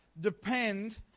depend